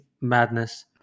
madness